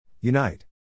Unite